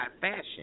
fashion